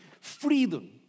freedom